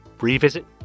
revisit